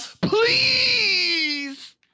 Please